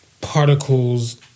particles